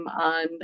on